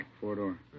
four-door